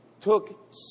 took